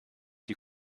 die